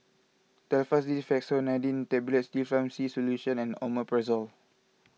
Telfast D Fexofenadine Tablets Difflam C Solution and Omeprazole